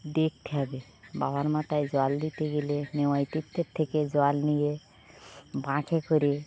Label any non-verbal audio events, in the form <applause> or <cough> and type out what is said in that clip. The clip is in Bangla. দেখতে হবে বাবার মাথায় জল দিতে গেলে <unintelligible> তীর্থের থেকে জল নিয়ে বাঁকে করে